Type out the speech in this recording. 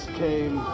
came